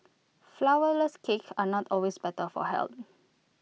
Flourless Cakes are not always better for health